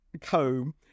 comb